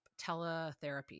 teletherapy